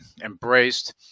embraced